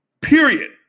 period